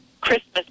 Christmas